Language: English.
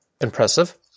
Impressive